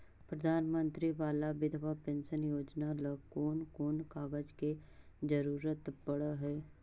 प्रधानमंत्री बाला बिधवा पेंसन योजना ल कोन कोन कागज के जरुरत पड़ है?